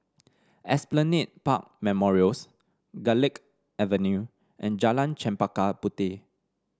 Esplanade Park Memorials Garlick Avenue and Jalan Chempaka Puteh